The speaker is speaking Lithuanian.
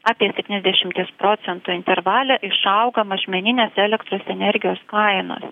apie septyniasdešimties procentų intervale išauga mažmeninės elektros energijos kainos